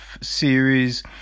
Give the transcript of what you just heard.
series